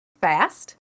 fast